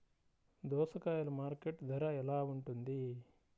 దోసకాయలు మార్కెట్ ధర ఎలా ఉంటుంది?